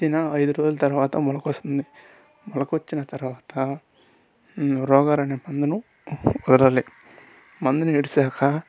విత్తిన అయిదు రోజుల తర్వాత మొలకొస్తుంది మొలకొచ్చిన తర్వాత రోగర్ అనే మందును వదలాలి మందును విడిసాక